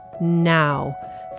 Now